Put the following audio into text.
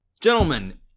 Gentlemen